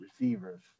receivers